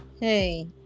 Hey